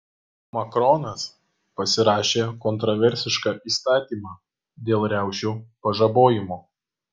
makronas pasirašė kontroversišką įstatymą dėl riaušių pažabojimo